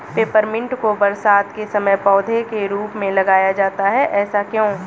Peppermint को बरसात के समय पौधे के रूप में लगाया जाता है ऐसा क्यो?